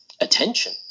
attention